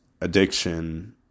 addiction